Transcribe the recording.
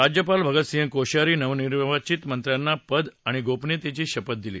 राज्यपाल भगतसिंग कोश्यारी नवनिर्वाचित मंत्र्यांना पद आणि गोपनियतेची शपथ दिली